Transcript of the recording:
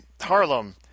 Harlem